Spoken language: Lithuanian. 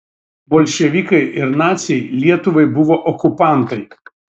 bolševikai ir naciai lietuvai buvo okupantai